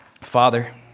Father